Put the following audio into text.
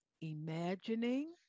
imagining